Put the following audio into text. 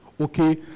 okay